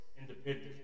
Independence